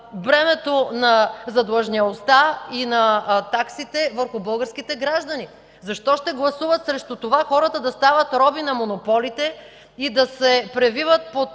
бремето на задлъжнялостта и на таксите върху българските граждани. Защо ще гласуват срещу това хората да стават роби на монополите и да се превиват под